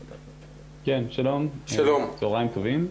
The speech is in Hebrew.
שלום, צוהריים טובים,